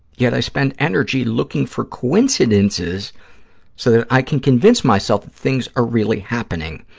yet i spend energy looking for coincidences so that i can convince myself things are really happening.